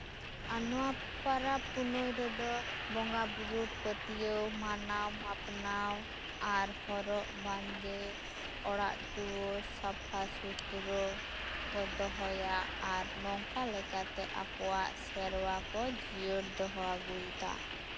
ᱟᱨ ᱱᱚᱣᱟ ᱯᱚᱨᱚᱵ ᱯᱩᱱᱟᱹᱭ ᱨᱮᱫᱚ ᱵᱚᱸᱜᱟ ᱵᱩᱨᱩ ᱯᱟᱹᱛᱭᱟᱹᱣ ᱢᱟᱱᱟᱣᱼᱢᱟᱯᱟᱱᱟᱣ ᱟᱨ ᱦᱚᱨᱚᱜᱼᱵᱟᱸᱫᱮ ᱚᱲᱟᱜ ᱫᱩᱣᱟᱹᱨ ᱥᱟᱯᱷᱟᱼᱥᱩᱛᱨᱟᱹ ᱠᱚ ᱫᱚᱦᱚᱭᱟ ᱟᱨ ᱱᱚᱝᱠᱟ ᱞᱮᱠᱟᱛᱮ ᱟᱠᱚᱣᱟᱜ ᱥᱮᱨᱣᱟ ᱠᱚ ᱡᱤᱭᱟᱹᱲ ᱫᱚᱦᱚ ᱟᱹᱫᱜᱩᱭᱮᱫᱟ